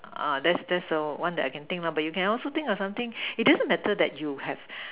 that's that's the one I can think lah it doesn't matter that you have